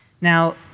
Now